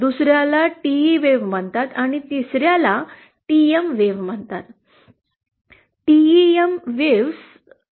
दुस याला TE wave म्हणतात आणि तिसऱ्याला टीएम वेव्ह म्हणतात